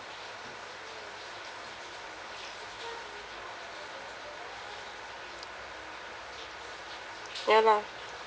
ya lah